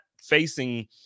facing